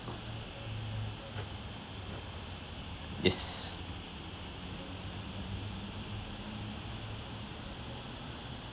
yes